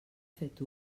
fet